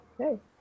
Okay